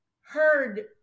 heard